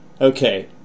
okay